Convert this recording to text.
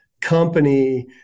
company